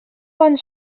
bon